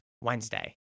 Wednesday